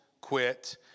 quit